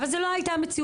אבל זו לא הייתה המציאות.